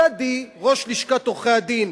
ובקאדים, ראש לשכת עורכי-הדין,